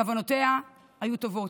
כוונותיה היו טובות,